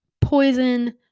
Poison